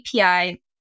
API